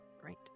Great